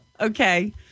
Okay